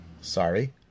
Sorry